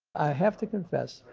have to confess,